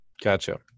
gotcha